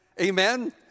Amen